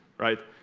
right